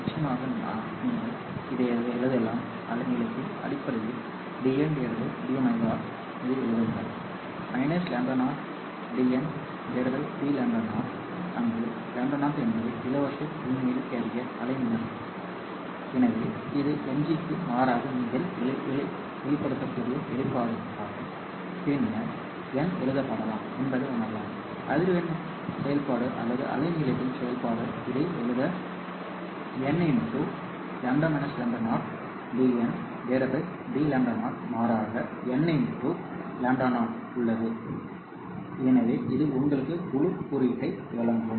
நிச்சயமாக நீங்கள் இதை எழுதலாம் அலை நீளத்தின் அடிப்படையில் dn dω இதை எழுதுங்கள் λ0 dn dλ0 அங்கு λ0 என்பது இலவச விண்வெளி கேரியர் அலைநீளம் சரியானது எனவே இது Ng க்கு மாற்றாக நீங்கள் வெளிப்படுத்தக்கூடிய வெளிப்பாடு ஆகும் பின்னர் n எழுதப்படலாம் என்பதை உணரலாம் அதிர்வெண் செயல்பாடு அல்லது அலைநீளத்தின் செயல்பாடு இதை எழுத nλ - λ0 dndλ0 மாறாக n λ0 உள்ளது எனவே இது உங்களுக்கு குழு குறியீட்டை வழங்கும்